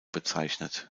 bezeichnet